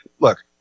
Look